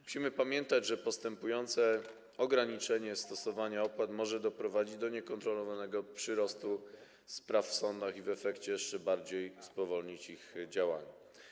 Musimy pamiętać, że postępujące ograniczenie stosowania opłat może doprowadzić do niekontrolowanego przyrostu spraw w sądach i w efekcie jeszcze bardziej spowolnić ich działanie.